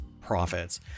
profits